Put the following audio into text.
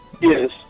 yes